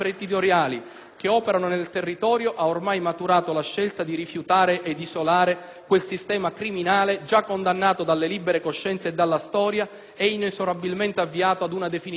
che operano nel territorio ha ormai maturato la scelta di rifiutare ed isolare quel sistema criminale già condannato dalle libere coscienze e dalla storia e inesorabilmente avviato ad una definitiva sconfitta.